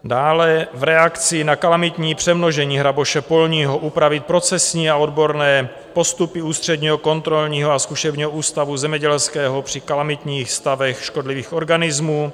Dále v reakci na kalamitní přemnožení hraboše polního upravit procesní a odborné postupy Ústředního kontrolního a zkušebního ústavu zemědělského při kalamitních stavech škodlivých organismů.